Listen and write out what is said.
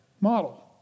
model